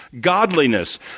godliness